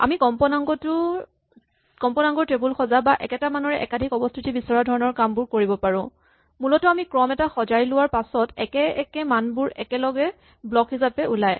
আমি কম্পনাংকৰ টেবুল সজা বা একেটা মানৰে একাধিক অৱস্হিতি বিচৰা ধৰণৰ কামবোৰ কৰিব পাৰো মূলতঃ আমি ক্ৰম এটা সজাই লোৱাৰ পাছত একে একে মানবোৰ একেলগে ব্লক হিচাপে ওলায়